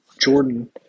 Jordan